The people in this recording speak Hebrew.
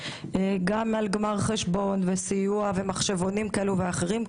גם על גמר חשבון וסיוע ומחשבונים כאלו ואחרים.